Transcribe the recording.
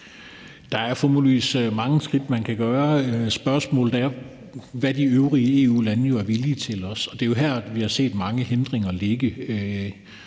Der er formodentlig mange skridt, man kan tage. Spørgsmålet er, hvad de øvrige EU-lande er villige til, og det er jo her, vi har set mange hindringer ligge.